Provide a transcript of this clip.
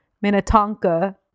Minnetonka